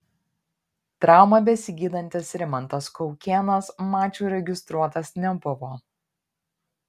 traumą besigydantis rimantas kaukėnas mačui registruotas nebuvo